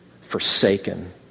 forsaken